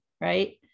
right